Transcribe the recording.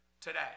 today